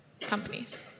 companies